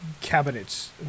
cabinets